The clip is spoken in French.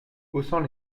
haussant